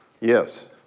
Yes